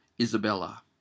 Isabella